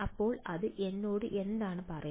അപ്പോൾ അത് എന്നോട് എന്താണ് പറയുന്നത്